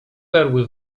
perły